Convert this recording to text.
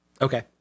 Okay